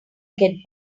get